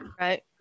Right